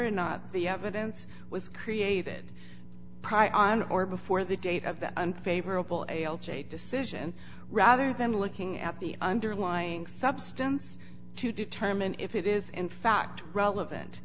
or not the evidence was created pry on or before the date of the unfavorable a l j decision rather than looking at the underlying substance to determine if it is in fact relevant